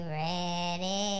ready